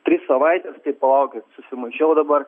tris savaites tai palaukit susimušiau dabar